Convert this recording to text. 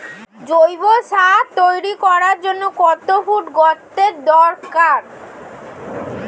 জৈব সার তৈরি করার জন্য কত ফুট গর্তের দরকার?